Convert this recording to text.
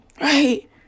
Right